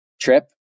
trip